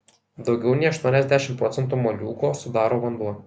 daugiau nei aštuoniasdešimt procentų moliūgo sudaro vanduo